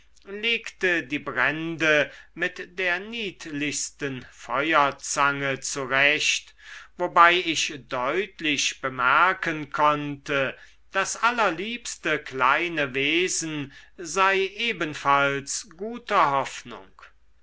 legte die brände mit der niedlichsten feuerzange zurecht wobei ich deutlich bemerken konnte das allerliebste kleine wesen sei ebenfalls guter hoffnung